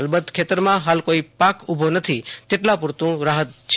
અલબત ખેતર માં હાલ કોઈ પાક ઊભો નથી તેટલા પૂ રતું રાહત ગણાય